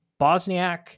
Bosniak